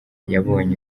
yabonye